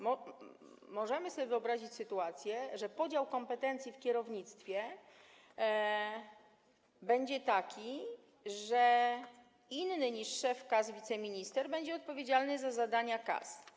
Możemy sobie wyobrazić sytuację, że podział kompetencji w kierownictwie będzie taki, że inny niż szef KAS wiceminister będzie odpowiedzialny za zadania KAS.